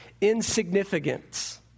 insignificance